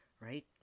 right